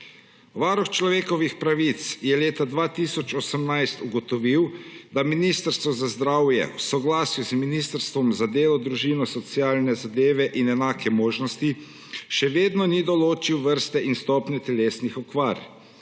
Varuh človekovih pravic je leta 2018 ugotovil, da Ministrstvo za zdravje v soglasju z Ministrstvom za delo, družino, socialne zadeve in enake možnosti še vedno ni določilo vrste in stopnje telesnih okvar,